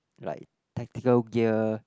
like tactical gear